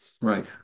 Right